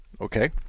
okay